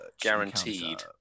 guaranteed